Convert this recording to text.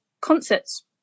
concerts